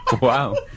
Wow